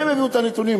הם הביאו את הנתונים,